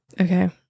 Okay